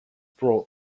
brought